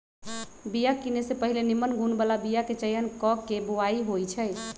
बिया किने से पहिले निम्मन गुण बला बीयाके चयन क के बोआइ होइ छइ